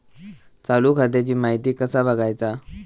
चालू खात्याची माहिती कसा बगायचा?